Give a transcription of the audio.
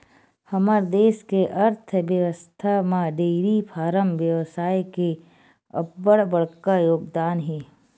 हमर देस के अर्थबेवस्था म डेयरी फारम बेवसाय के अब्बड़ बड़का योगदान हे